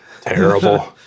Terrible